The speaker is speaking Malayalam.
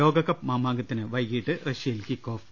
ലോകകപ്പ് മാമാ ങ്കത്തിന് വൈകീട്ട് റഷ്യയിൽ കിക്ക്ഓഫ്